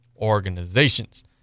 organizations